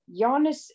Giannis